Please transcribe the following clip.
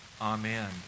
Amen